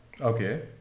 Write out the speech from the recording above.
Okay